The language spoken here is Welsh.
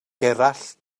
gerallt